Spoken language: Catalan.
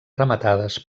rematades